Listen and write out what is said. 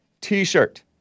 t-shirt